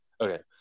Okay